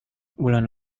bulan